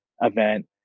event